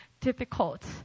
difficult